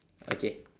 okay